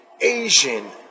Asian